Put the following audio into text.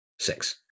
Six